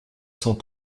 cent